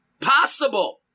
possible